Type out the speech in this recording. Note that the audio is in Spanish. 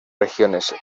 regiones